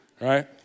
Right